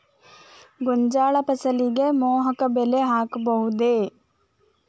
ಗೋಂಜಾಳ ಫಸಲಿಗೆ ಮೋಹಕ ಬಲೆ ಹಾಕಬಹುದೇ?